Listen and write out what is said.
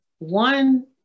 One